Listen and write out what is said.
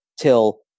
till